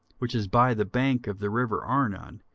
which is by the bank of the river arnon,